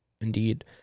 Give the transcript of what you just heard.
Indeed